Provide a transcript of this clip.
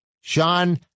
Sean